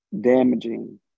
damaging